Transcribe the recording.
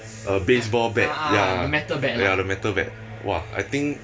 uh baseball bat ya ya the metal bat !wah! I think